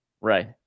Right